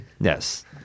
yes